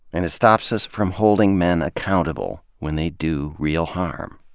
and it stops us from holding men accountable when they do real harm.